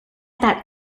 that